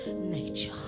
nature